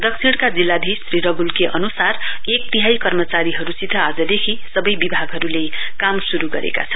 दक्षिण जिल्लाधीश श्री रगूल के अनुसार एक तिहाई कर्मचारीहरूसित आजदेखि सबै विभागहरूले काम शुरू गरेका छन्